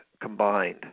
combined